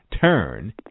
Turn